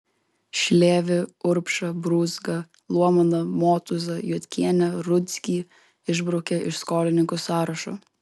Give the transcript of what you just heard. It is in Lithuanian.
šlėvį urbšą brūzgą luomaną motūzą juodkienę rudzkį išbraukė iš skolininkų sąrašo